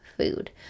food